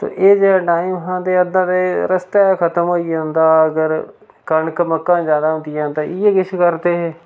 ते एह् जेहा टाईम हा ते अद्धा ते रस्तै गै खत्म होई जंदा अगर कनक मक्कां जैदा होंदियां ते इ'यै किश करदे हे